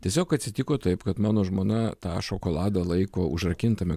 tiesiog atsitiko taip kad mano žmona tą šokoladą laiko užrakintame